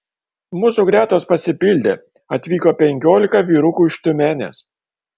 mūsų gretos pasipildė atvyko penkiolika vyrukų iš tiumenės